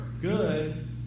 good